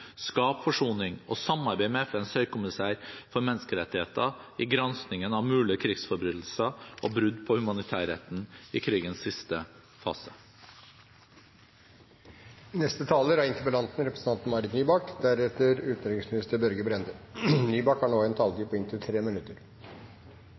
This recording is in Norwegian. forsoning og samarbeide med FNs høykommissær for menneskerettigheter i granskingen av mulige krigsforbrytelser og brudd på humanitærretten i krigens siste fase. Takk til utenriksministeren for et veldig klart og klargjørende svar. Jeg er glad for at Norge aktivt vil bidra til en